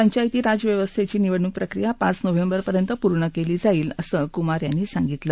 पंचायती राज व्यवस्थेची निवडणूक प्रक्रिया पाच नोव्हेंबरपर्यंत पूर्ण केली जाईल असं कुमार यांनी सांगितलं